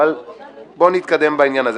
אבל עדיין בסופו של דבר זה עניין פרוצדורלי ולא חוקי.